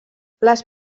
les